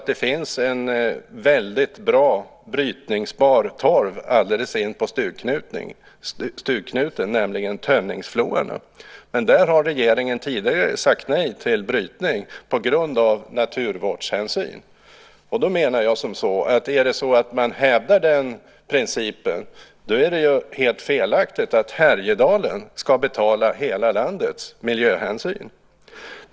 Det finns en väldigt bra brytningsbar torv alldeles inpå stugknuten, nämligen i Tönningsfloarna. Men regeringen har tidigare sagt nej till brytning där på grund av naturvårdshänsyn. Om man hävdar den principen menar jag att det är helt felaktigt att Härjedalen ska betala hela landets miljöhänsyn.